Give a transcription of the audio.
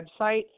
website